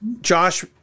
Josh